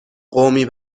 قومی